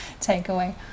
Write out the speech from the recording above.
takeaway